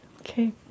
okay